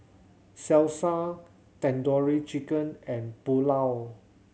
Salsa Tandoori Chicken and Pulao